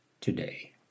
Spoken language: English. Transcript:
today